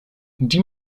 die